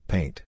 Paint